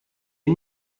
est